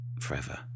Forever